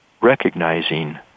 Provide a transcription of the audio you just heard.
Recognizing